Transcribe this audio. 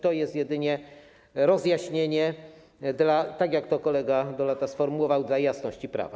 To jest jedynie rozjaśnienie, tak jak to kolega Dolata sformułował, dla jasności prawa.